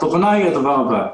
התוכנה היא הדבר הבא: